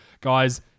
Guys